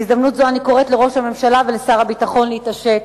בהזדמנות זו אני קוראת לראש הממשלה ולשר הביטחון להתעשת.